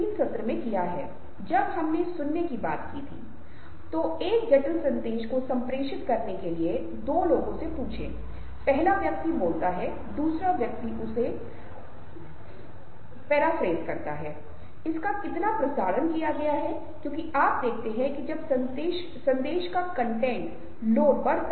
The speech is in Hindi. अब एकमैन विकसित हो गया है पॉल एकमैन मैने उसे पहले संदर्भित किया है जिसने एक फेशियल एक्शन कोडिंग सिस्टम विकसित किया है जो विभिन्न प्रकार की भावनाओं और विभिन्न मांसपेशियों के आंदोलनों को वर्गीकृत करता है